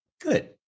Good